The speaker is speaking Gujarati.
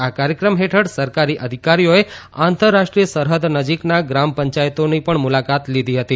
આ કાર્યક્રમ હેઠળ સરકારી અધિકારીઓએ આંતરરાષ્ટ્રીય સરફદ નજીકના ગ્રામ પંચાયતોની પણ મુલાકાત લીધી હતી